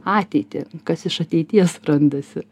ateitį kas iš ateities randasi